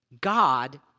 God